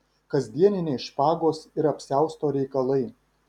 kasdieniniai špagos ir apsiausto reikalai